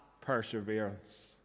perseverance